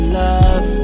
love